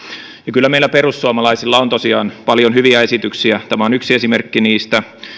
kyllä meillä perussuomalaisilla on tosiaan paljon hyviä esityksiä tämä on yksi esimerkki niistä